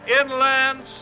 inland